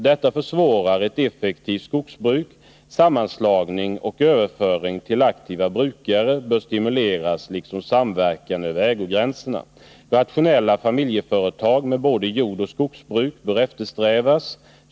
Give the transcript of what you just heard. Detta försvårar ett effektivt skogsbruk. Sammanslagning och överföring till aktiva brukare bör stimuleras liksom samverkan över ägogränserna. Rationella familjeföretag med både jordoch skogsbruk bör eftersträvas.